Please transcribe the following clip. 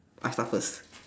I start first